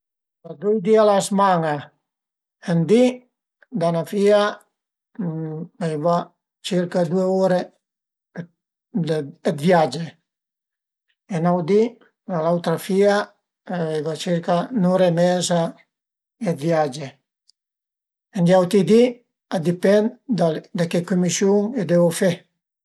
Dui di a la zman-a, ën di da üna fìa a i va circa due ure d'viage e ün aut di da l'autra fìa a i va circa ün'ura e meza d'viage, ën i auti di a dipend da che cümisiun deu fe